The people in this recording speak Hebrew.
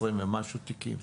20 ומשהו תיקים?